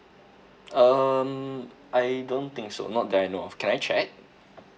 um I don't think so not that I know of can I check